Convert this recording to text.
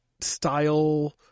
style